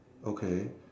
okay